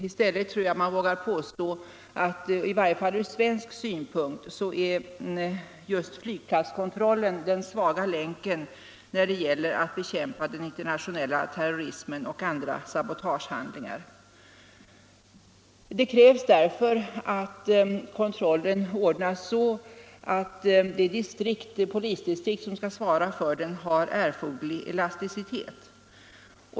I stället tror jag man vågar påstå att i varje fall från svensk synpunkt är just flygplatskontrollen den svaga länken när det gäller att bekämpa den internationella terrorismen och andra sabotagehandlingar. Det krävs därför att kontrollen ordnas så att de polisdistrikt som skall svara för den har erforderlig elasticitet.